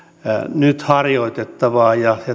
nyt harjoitettavaan politiikkaan ja